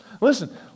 Listen